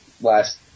last